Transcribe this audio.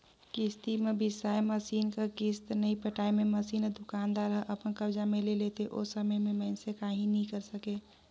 किस्ती म बिसाए मसीन कर किस्त नइ पटाए मे मसीन ल दुकानदार हर अपन कब्जा मे ले लेथे ओ समे में मइनसे काहीं नी करे सकें